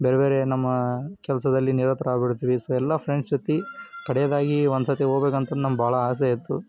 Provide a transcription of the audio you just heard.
ಬೇರೆ ಬೇರೆ ನಮ್ಮ ಕೆಲಸದಲ್ಲಿ ನಿರತರಾಗಿ ಬಿಡ್ತೀವಿ ಸೊ ಎಲ್ಲ ಫ್ರೆಂಡ್ಸ್ ಜೊತೆ ಕಡೆದಾಗಿ ಒಂದು ಸರ್ತಿ ಹೋಗ್ಬೇಕಂತಂದು ನಂಗೆ ಭಾಳ ಆಸೆ ಇತ್ತು